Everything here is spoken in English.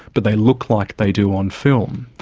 but they look like they do on film.